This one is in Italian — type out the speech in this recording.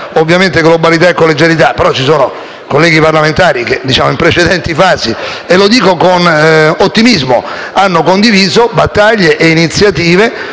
nella sua globalità e collegialità, però ci sono colleghi parlamentari che in precedenti fasi - lo dico con ottimismo - hanno condiviso battaglie e iniziative